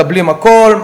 מקבלים את כולם,